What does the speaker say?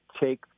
take